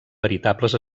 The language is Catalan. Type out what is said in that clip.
veritables